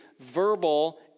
verbal